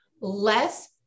less